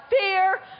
fear